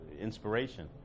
inspiration